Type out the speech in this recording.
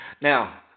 Now